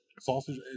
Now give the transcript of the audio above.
Sausage